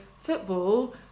football